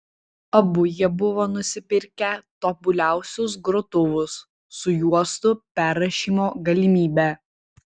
abu jie buvo nusipirkę tobuliausius grotuvus su juostų perrašymo galimybe